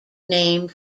named